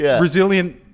resilient